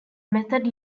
method